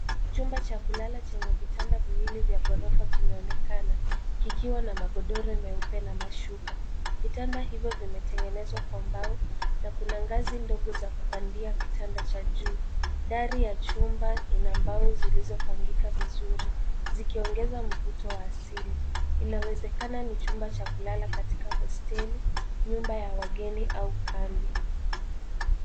Chumba cha kulala chenye vitanda viwili vya gorofa kimeonekana kikiwa na magodoro meupe na mashuka. Vitanda hivyo vimetengenezwa kwa mbao. Na kuna ngazi ndogo za kupandia kitanda cha juu. Dari ya chumba ina mbao zilizopangika vizuri, zikiongeza mvuto wa asili. Inawezekana ni chumba cha kulala katika hosteli, nyumba ya wageni, au kambi.